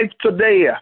today